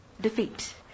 defeat